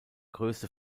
größte